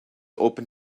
open